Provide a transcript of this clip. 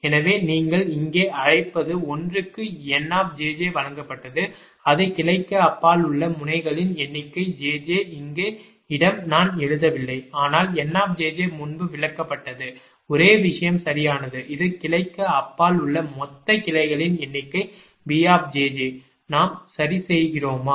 எனவே நீங்கள் இங்கே அழைப்பது ஒன்றுக்கு N வழங்கப்பட்டது அது கிளைக்கு அப்பால் உள்ள முனைகளின் எண்ணிக்கை jj இங்கே இடம் நான் எழுதவில்லை ஆனால் N முன்பு விளக்கப்பட்டது ஒரே விஷயம் சரியானது இது கிளைக்கு அப்பால் உள்ள மொத்த கிளைகளின் எண்ணிக்கை B நாம் சரி செய்கிறோமா